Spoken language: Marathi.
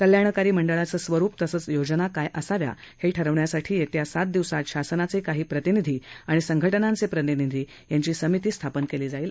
कल्याणकारी मंडळाचं स्वरुप तसंच योजना काय असाव्या हे ठरविण्यासाठी येत्या सात दिवसात शासनाचे काही प्रतिनिधी आणि संघटनांचे प्रतिनिधी यांची समिती स्थापन केली जाईल